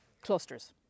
clusters